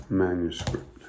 manuscript